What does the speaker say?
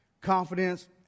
confidence